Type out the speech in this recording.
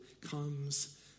comes